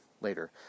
later